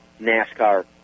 nascar